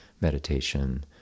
meditation